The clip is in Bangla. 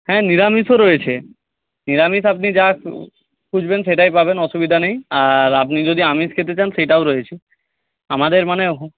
হ্যাঁ নিরামিষও রয়েছে নিরামিষ আপনি যা খুঁজবেন সেটাই পাবেন অসুবিধা নেই আর আপনি যদি আমিষ খেতে চান সেটাও রয়েছে আমাদের মানে